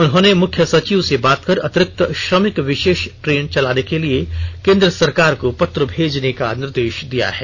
उन्होंने मुख्य सचिव से बात कर अतिरिक्त श्रमिक विषेष ट्रेन चलाने के लिए केन्द्र सरकार को पत्र भेजने का निर्देष दिया है